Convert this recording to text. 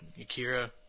Akira